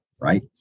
right